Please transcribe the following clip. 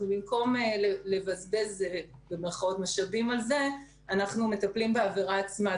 במקום לבזבז משאבים על זה אז אנחנו מטפלים בעבירה עצמה.